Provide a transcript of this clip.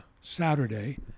Saturday